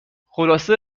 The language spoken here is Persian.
خلاصه